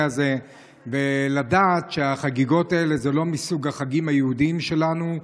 הזה ולדעת שהחגיגות האלה הן לא מסוג החגים היהודיים שלנו.